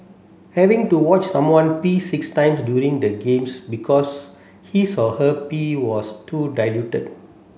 having to watch someone pee six times during the games because his or her pee was too diluted